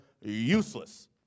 useless